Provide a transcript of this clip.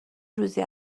روزی